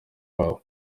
wabo